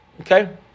Okay